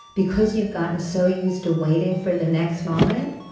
because you've gotten so used to waiting for the next moment,